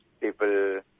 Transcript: people